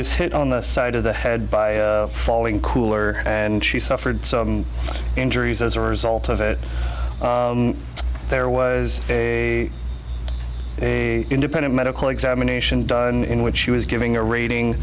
was hit on the side of the head by falling cooler and she suffered injuries as a result of it there was a independent medical examination done in which she was giving a reading